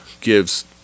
gives